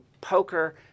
poker